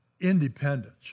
independence